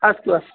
अस्तु अस्तु